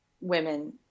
women